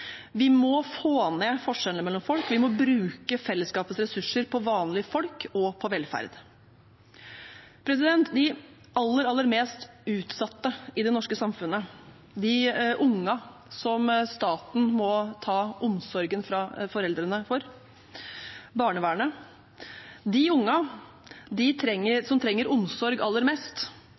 Vi må få ned forskjellene mellom folk, og vi må bruke fellesskapets ressurser på vanlige folk og på velferd. De aller, aller mest utsatte i det norske samfunnet, de ungene som staten, barnevernet, må ta omsorgen for fra foreldrene, de ungene som trenger omsorg aller mest,